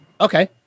Okay